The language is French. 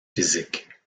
physique